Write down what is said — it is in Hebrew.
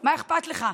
מה אכפת לך?